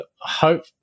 hope